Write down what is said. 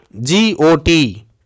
G-o-t